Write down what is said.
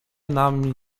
nam